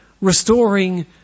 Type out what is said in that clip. restoring